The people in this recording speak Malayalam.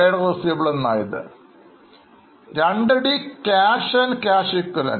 2 d cash and cash equivalent